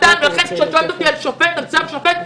לכן כשאת שואלת אותי על צו שופט,